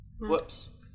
whoops